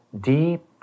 deep